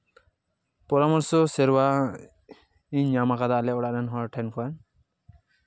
ᱯᱚᱨᱟᱢᱚᱨᱥᱚ ᱥᱮᱨᱣᱟ ᱤᱧ ᱧᱟᱢᱟᱠᱟᱫᱟ ᱟᱞᱮ ᱚᱲᱟᱜ ᱨᱮᱱ ᱦᱚᱲ ᱴᱷᱮᱱ ᱠᱷᱚᱱ